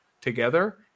together